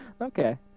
Okay